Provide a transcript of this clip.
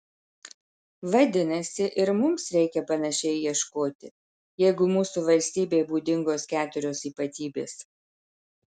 vadinasi ir mums reikia panašiai ieškoti jeigu mūsų valstybei būdingos keturios ypatybės